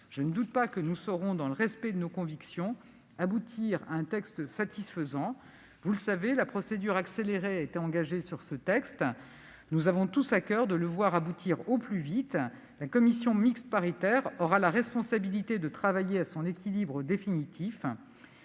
Je n'en doute pas, nous saurons aboutir, dans le respect de nos convictions, à un texte de loi satisfaisant. Vous le savez, la procédure accélérée a été engagée sur ce texte ; nous avons tous à coeur de voir son examen aboutir au plus vite. La commission mixte paritaire aura la responsabilité de travailler à son équilibre définitif.